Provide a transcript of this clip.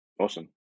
Awesome